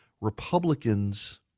Republicans